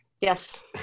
Yes